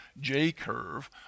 J-curve